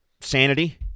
sanity